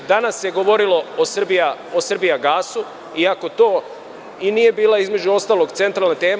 Danas se govorilo o „Srbijagasu“ iako to i nije bila, između ostalog, centralna tema.